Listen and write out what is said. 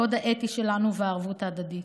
הקוד האתי שלנו והערבות ההדדית.